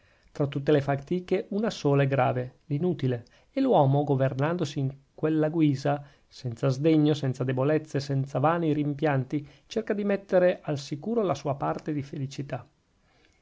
tra tutte le fatiche una sola è grave l'inutile e l'uomo governandosi in quella guisa senza sdegno senza debolezze senza vani rimpianti cerca di mettere al sicuro la sua parte di felicità